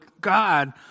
God